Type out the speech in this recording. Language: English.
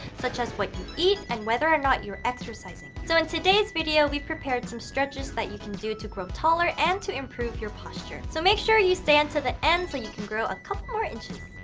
such as what can eat and whether or not you're exercising. so in today's video, we've prepared some stretches that you can do to grow taller and to improve your posture. so make sure you stand till the end so you can grow a couple more inches.